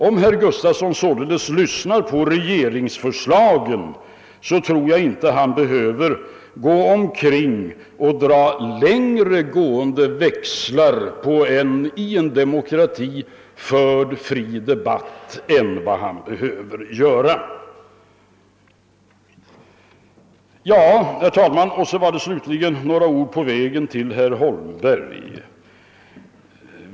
Om herr Gustafson således lyssnar på regeringsförslagen tror jag inte att han behöver dra längre gående växlar på en i en demokrati förd fri debatt än vad som är nödvändigt. Herr talman! Låt mig sedan säga några ord på vägen till herr Holmberg.